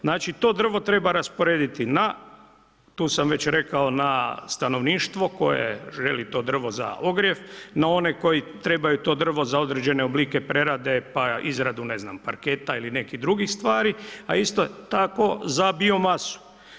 Znači to drvo treba rasporediti na, tu sam već rekao na stanovništvo koje želi to drvo za ogrjev, na one koji trebaju to drvo za određene oblike prerade pa izradu parketa ili nekih drugih stvari, a isto tako za bio masu.